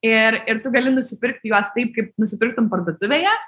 ir ir tu gali nusipirkti juos taip kaip nusipirktum parduotuvėje